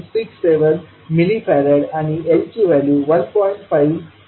67 milli farad आणि L ची value 1